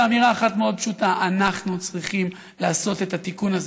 באמירה אחת מאוד פשוטה: אנחנו צריכים לעשות את התיקון הזה,